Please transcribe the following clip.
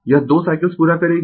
यह 2 साइकल्स पूरा करेगी